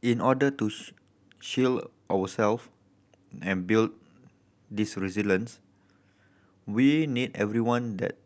in order to shield ourselves and build this resilience we need everyone that